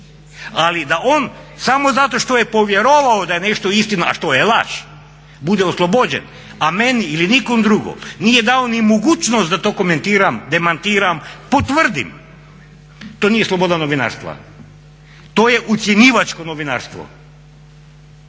Ali da on samo zato što je povjerovao da je nešto istina, a što je laž bude oslobođen a meni ili nikom drugom nije dao ni mogućnost da to komentiram, demantiram, potvrdim, to nije sloboda novinarstva. To je ucjenjivačko novinarstvo.